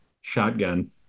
shotgun